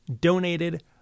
donated